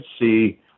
see